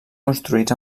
construïts